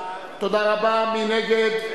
נא להוריד את היד.